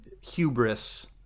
hubris